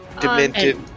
Demented